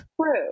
True